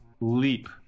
leap